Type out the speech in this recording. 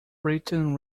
britain